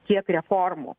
tiek reformų